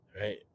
Right